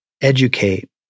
educate